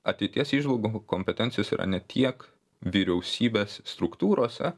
ateities įžvalgų kompetencijos yra ne tiek vyriausybės struktūrose